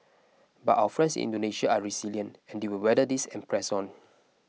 but our friends Indonesia are resilient and they will weather this and press on